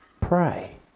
pray